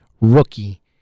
rookie